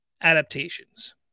adaptations